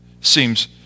seems